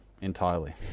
entirely